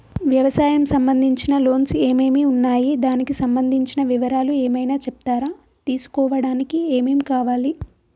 వ్యవసాయం సంబంధించిన లోన్స్ ఏమేమి ఉన్నాయి దానికి సంబంధించిన వివరాలు ఏమైనా చెప్తారా తీసుకోవడానికి ఏమేం కావాలి?